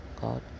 God